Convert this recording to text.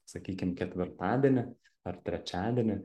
sakykim ketvirtadienį ar trečiadienį